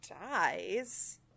dies